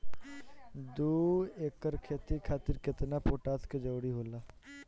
दु एकड़ खेती खातिर केतना पोटाश के जरूरी होला?